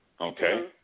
Okay